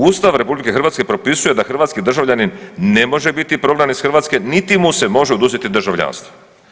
Ustav RH propisuje da hrvatski državljanin ne može biti prognan iz Hrvatske niti mu se može oduzeti državljanstvo.